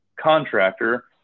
contractor